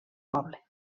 poble